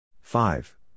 Five